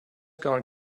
gone